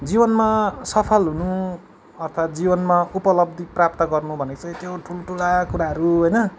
जीवनमा सफल हुनु अर्थात् जीवनमा उपलब्धि प्राप्त गर्नु भनेको चाहिँ त्यो ठुल्ठुला कुराहरू होइन